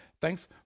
thanks